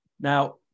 Now